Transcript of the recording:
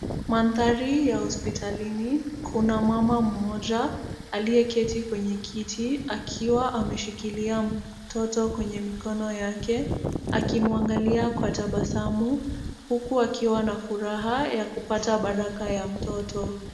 Mandhari ya hospitalini, kuna mama mmoja aliyeketi kwenye kiti akiwa ameshikilia mtoto kwenye mikono yake akimwangalia kwa tabasamu huku akiwa na furaha ya kupata baraka ya mtoto.